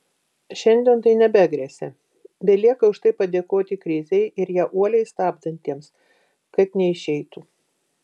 šiandien tai nebegresia belieka už tai padėkoti krizei ir ją uoliai stabdantiesiems kad neišeitų